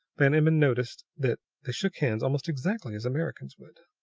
van emmon noticed that they shook hands almost exactly as americans would.